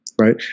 right